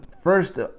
first